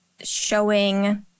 showing